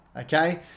okay